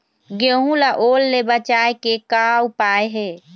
गेहूं ला ओल ले बचाए के का उपाय हे?